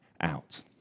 out